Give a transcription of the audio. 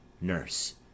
Nurse